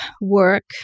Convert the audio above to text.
work